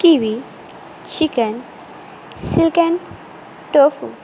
kiwi chicken silken tofu